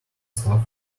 stuff